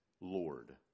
Lord